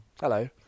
Hello